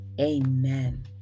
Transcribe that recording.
amen